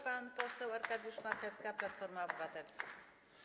Pan poseł Arkadiusz Marchewka, Platforma Obywatelska.